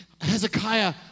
Hezekiah